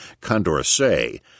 Condorcet